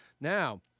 Now